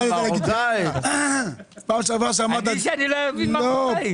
אותי באופן אישי